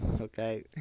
Okay